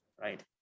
right